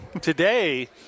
today